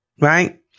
Right